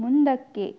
ಮುಂದಕ್ಕೆ